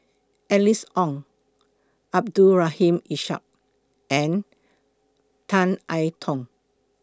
Alice Ong Abdul Rahim Ishak and Tan I Tong